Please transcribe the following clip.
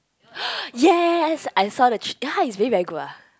yes I saw the ch~ !huh! it's really very good ah